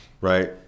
right